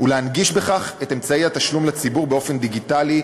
ולהנגיש בכך את אמצעי התשלום לציבור באופן דיגיטלי,